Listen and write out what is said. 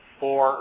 four